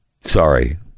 Sorry